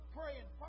praying